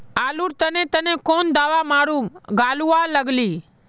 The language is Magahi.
आलूर तने तने कौन दावा मारूम गालुवा लगली?